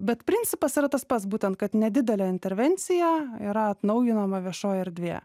bet principas yra tas pats būtent kad nedidele intervencija yra atnaujinama viešoji erdvė